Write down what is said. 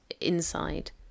inside